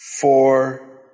four